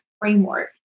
framework